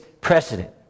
precedent